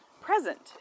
present